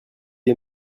est